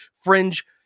fringe